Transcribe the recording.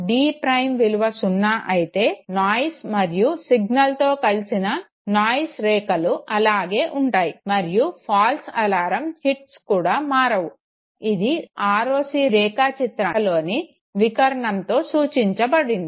d' విలువ 0 అయితే noise మరియు సిగ్నల్తో కలిసిన నాయిస్ రేఖలు అలాగే ఉంటాయి మరియు ఫాల్స్ అలర్మ్స్ హిట్స్ కూడా మారవు ఇది ROC రేఖాచిత్రంలోని వికర్ణంతో సూచించబడింది